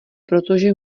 protože